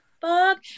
fuck